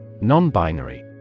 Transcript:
Non-binary